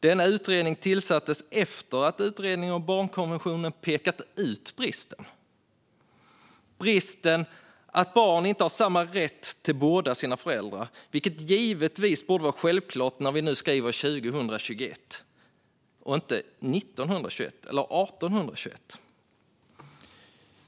Denna utredning tillsattes efter att utredningen om barnkonventionen pekat ut bristen, det vill säga att barn inte har samma rätt till båda sina föräldrar - vilket givetvis borde vara självklart när vi nu skriver 2021, inte 1921 eller 1821.